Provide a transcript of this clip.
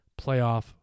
playoff